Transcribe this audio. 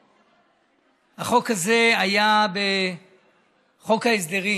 החוק הזה היה בחוק ההסדרים